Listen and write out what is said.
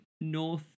north